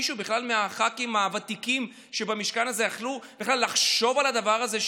מישהו מחברי הכנסת הוותיקים במשכן הזה יכלו לחשוב על הדבר הזה,